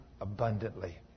abundantly